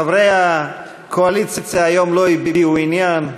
חברי הקואליציה היום לא הביעו עניין,